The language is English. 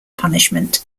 punishment